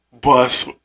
bus